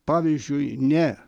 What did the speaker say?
pavyzdžiui ne